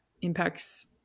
impacts